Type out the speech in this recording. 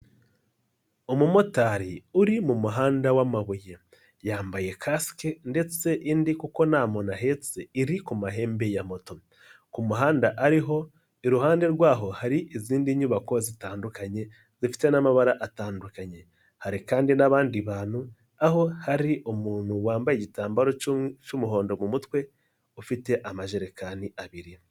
Umumotari uri mu muhanda w'amabuye yambaye kasike ndetse indi kuko nta muntu ahetse iri ku mahembe ya moto, ku muhanda ariho iruhande rwaho hari izindi nyubako zitandukanye zifite n'amabara atandukanye, hari kandi n'abandi bantu aho hari umuntu wambaye igitambaro cy'umuhondo mu mutwe ufite amajerekani abiri.